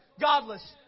godless